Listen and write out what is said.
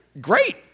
great